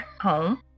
home